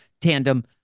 tandem